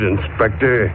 Inspector